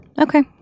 Okay